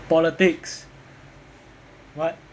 politics what